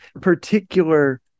particular